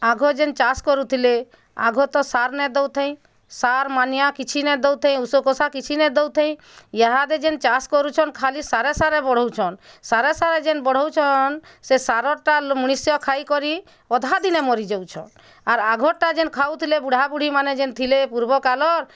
ଆଗ ଯେନ୍ ଚାଷ୍ କରୁଥିଲେ ଆଗ ତ ସାର୍ ନାଇଁ ଦେଉଥାଇଁ ସାର୍ ମାନିଆଁ କିଛି ନାଇଁ ଦେଉଥାଇଁ ଉଷୋକଷା କିଛି ନାଇଁ ଦେଉଥାଇ ଇହାଦେ ଯେନ୍ ଚାଷ୍ କରୁଛନ୍ ଖାଲି ସାରେ ସାରେ ବଢ଼ଉଛନ୍ ସାରେ ସାରେ ଯେନ୍ ବଢ଼ଉଛନ୍ ସେ ସାରଟା ମଣିଷ୍ ଖାଇକରି ଅଧାଦିନେ ମରି ଯାଉଛନ୍ ଆର୍ ଆଘଟା ଯେନ୍ ଖାଉଥିଲେ ବୁଢ଼ା ବୁଢ଼ୀ ମାନେ ଥିଲେ ଯେନ୍ ପୂର୍ବ କାଲର୍